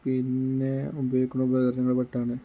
പിന്നെ ഉപയോഗിക്കണ ഉപകരങ്ങളിൽപ്പെട്ടതാണ്